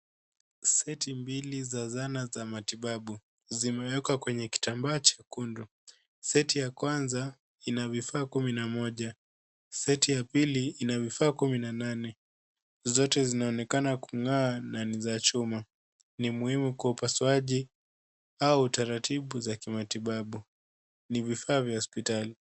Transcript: Seti mbili za zana za matibabu zimewekwa kwenye kitambaa chekundu. Seti ya kwanza ina vifaa kumi na moja. Seti ya pili ina vifaa kumi na nane. Zote zinaonekana kung'aa na ni za chuma. Ni muhimu kwa upasuaji au taratibu za kimatibabu. Ni vifaa vya hospitali.